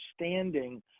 understanding